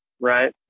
right